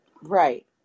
Right